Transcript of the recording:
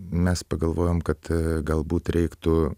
mes pagalvojom kad galbūt reiktų